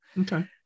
okay